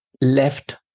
left